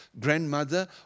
grandmother